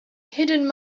hidden